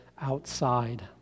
outside